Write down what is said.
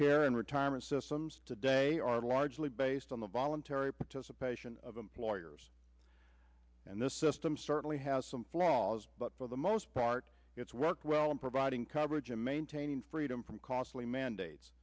care and retirement systems today are largely based on the voluntary participation of employers and this system certainly has some flaws but for the most part it's worked well in providing coverage and maintaining freedom from costly mandates